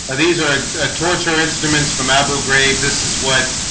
and these are torture instruments from abu ghraib. this is what?